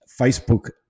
Facebook